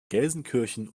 gelsenkirchen